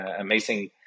amazing